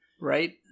right